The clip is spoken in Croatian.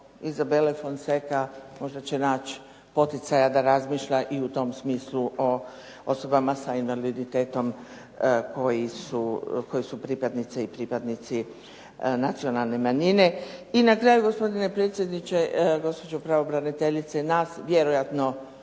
Izabele Fonseca, možda će naći poticaja da razmišlja i u tom smislu o osobama sa invaliditetom koji su pripadnice i pripadnici nacionalne manjine. I na kraju, gospodine predsjedniče, gospođo pravobraniteljice, nas vjerojatno